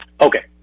Okay